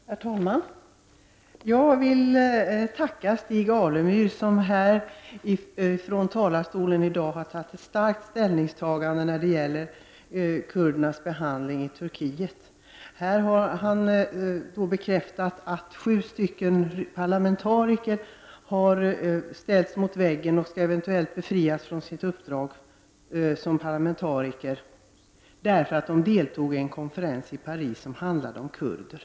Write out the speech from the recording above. Herr talman! Jag vill tacka Stig Alemyr, som från denna talarstol i dag har gjort ett starkt ställningstagande i frågan om behandlingen av kurderna i Turkiet. Här har han bekräftat att sju parlamentariker har ställts mot väggen och eventuellt kommer att befrias från sina uppdrag som parlamentariker därför att de deltagit i en konferens i Paris om kurder.